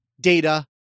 Data